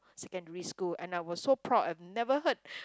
secondary school and I was so proud I've never heard